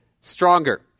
stronger